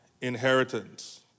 inheritance